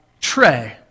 Trey